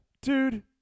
Dude